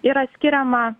yra skiriama